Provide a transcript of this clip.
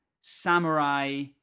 samurai